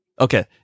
Okay